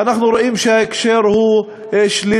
אנחנו רואים שההקשר הוא שלילי.